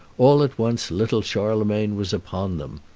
all at once little charlemagne was upon them.